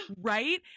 Right